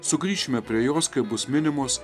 sugrįšime prie jos kai bus minimos